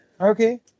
Okay